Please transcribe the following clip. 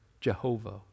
Jehovah